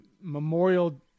Memorial